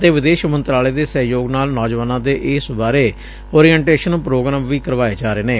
ਅਤੇ ਵਿਦੇਸ਼ ਮੰਤਰਾਲੇ ਦੇ ਸਹਿਯੋਗ ਨਾਲ ਨੌਜੁਆਨਾਂ ਦੇ ਇਸ ਬਾਰੇ ਓਰੀਐਂਟੇਸ਼ਨ ਪ੍ਰੋਗਰਾਮ ਵੀ ਕਰਵਾਏ ਜਾ ਰਹੇ ਨੇ